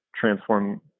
transform